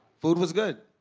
food was good!